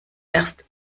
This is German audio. erst